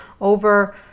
over